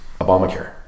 obamacare